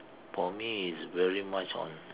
for me is really much on